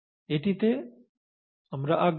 এটিতে আমরা আগ্রহী